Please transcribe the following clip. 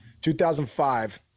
2005